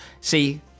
see